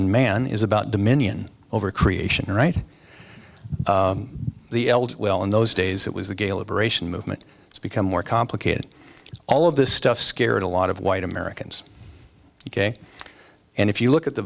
and man is about dominion over creation right the elder well in those days it was a gale of racial movement it's become more complicated all of this stuff scared a lot of white americans ok and if you look at the